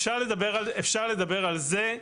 אפשר לדבר על זה,